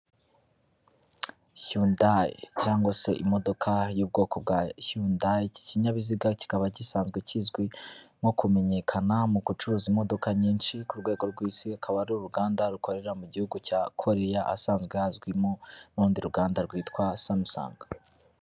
Hyundai cyangwa se imodoka y'ubwoko bwa Hyundai, iki kinyabiziga kikaba gisanzwe kizwi nko kumenyekana mu gucuruza imodoka nyinshi ku rwego rw'isi, akaba ari uruganda rukorera mu gihugu cya Koreya asanzwe hazwimo n'urundi ruganda rwitwa Samsung.